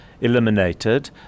eliminated